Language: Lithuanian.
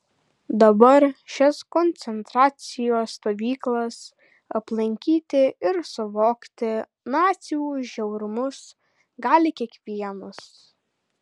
dabar šias koncentracijos stovyklas aplankyti ir suvokti nacių žiaurumus gali kiekvienas